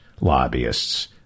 lobbyists